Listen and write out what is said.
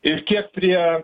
ir kiek prie